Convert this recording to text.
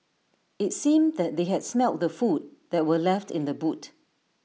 IT seemed that they had smelt the food that were left in the boot